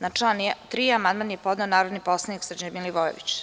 Ne Na član 3. amandman je podneo narodni poslanik Srđan Milivojević.